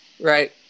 Right